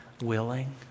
willing